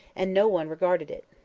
and no one regarded it.